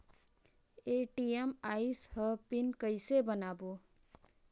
ATM आइस ह PIN कइसे बनाओ?